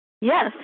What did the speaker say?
Yes